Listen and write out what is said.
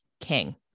King